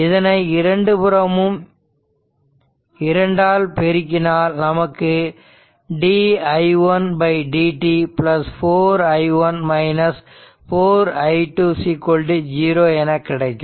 இதனை இரண்டு புறமும் 2 ஆல் பெருக்கினால் நமக்கு di1 dt 4 i1 4 i2 0 என கிடைக்கும்